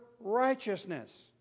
righteousness